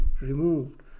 removed